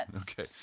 Okay